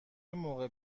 موقع